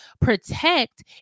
protect